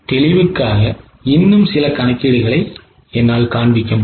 தெளிவுக்காக இன்னும் சில கணக்கீடுகளைக் காண்பிப்பேன்